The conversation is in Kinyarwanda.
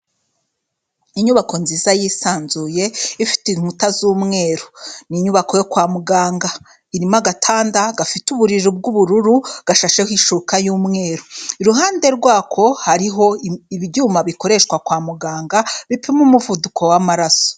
Inyubako nziza yisanzuye ifite inkuta z'umweru, ni inyubako yo kwa muganga, irimo agatanda gafite uburiri bw'ubururu gashasheho ishuka y'umweru, iruhande rwako hariho ibyuma bikoreshwa kwa muganga, bipima umuvuduko w'amaraso.